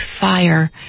fire